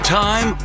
time